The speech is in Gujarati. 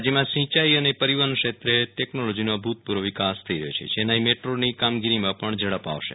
રાજ્યમાં સિંયાઇ અને પરિવહન ક્ષેત્રે ટેકનોલોજીનો અભૂ તપૂ ર્વ વિકાસ થઇ રહ્યો છેચેન્નાઇ મેટ્રોની કામગીરીમાં પણ ઝડપ આવશે